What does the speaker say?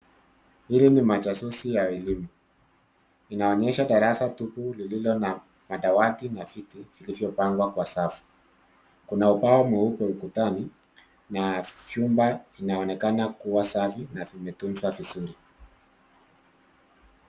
Hili ni majasusi ya elimu. Inaonyesha darasa tupu lililo na madawati na viti vilivyopangwa kwa safu. Kuna ubao mweupe ukutani na vyumba vinaonekana kuwa safi na vimetunzwa vizuri.